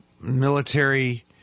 Military